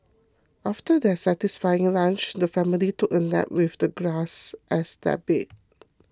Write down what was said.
after their satisfying lunch the family took a nap with the grass as their bed